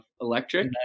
electric